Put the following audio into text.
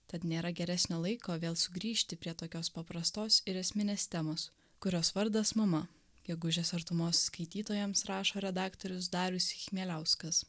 tad nėra geresnio laiko vėl sugrįžti prie tokios paprastos ir esminės temos kurios vardas mama gegužės artumos skaitytojams rašo redaktorius darius chmieliauskas